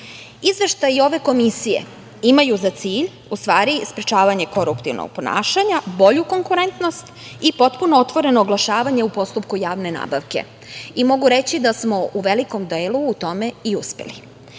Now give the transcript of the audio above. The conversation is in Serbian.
ove komisije imaju za cilj, u stvari sprečavanje koruptivnog ponašanja, bolju konkurentnost i potpuno otvoreno oglašavanje u postupku javne nabavke. Mogu reći da smo u velikom delu u tome i uspeli.